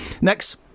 Next